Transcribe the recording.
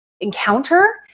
encounter